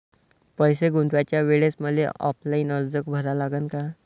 पैसे गुंतवाच्या वेळेसं मले ऑफलाईन अर्ज भरा लागन का?